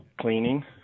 cleaning